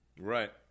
Right